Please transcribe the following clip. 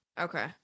okay